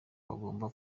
bagomba